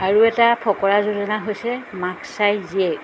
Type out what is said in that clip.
আৰু এটা ফকৰা যোজনা হৈছে মাক চাই জীয়েক